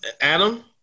Adam